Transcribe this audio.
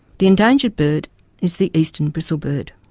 the endangered bird is the eastern bristlebird.